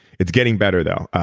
it's getting better though.